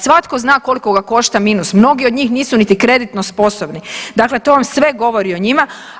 Svatko zna koliko ga košta minus, mnogi od njih nisu niti kreditno sposobni, dakle to vam sve govori o njima.